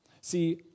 See